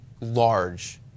large